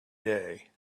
day